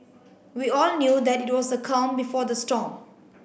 we all knew that it was the calm before the storm